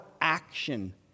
action